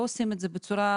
אנחנו לא עושים את זה עם